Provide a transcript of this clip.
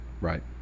Right